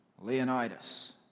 Leonidas